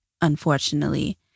unfortunately